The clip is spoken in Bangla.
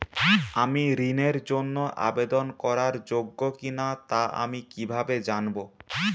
আমি ঋণের জন্য আবেদন করার যোগ্য কিনা তা আমি কীভাবে জানব?